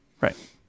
Right